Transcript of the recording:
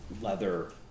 leather